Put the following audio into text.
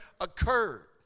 occurred